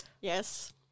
Yes